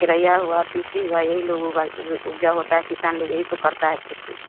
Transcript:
तुरइयाँ हुआ तीसी हुआ यही लोगों का उपजा होता है किसान वही करता है खेती